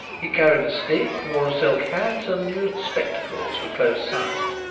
he carried a stick, wore a silk hat, and used spectacles for close sight.